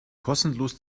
kostenlos